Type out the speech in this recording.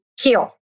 heal